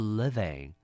living